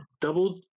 Double